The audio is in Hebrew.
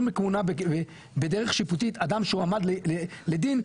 מכהונה בדרך שיפוטית אדם שהועמד לדין,